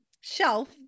shelf